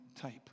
type